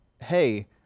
hey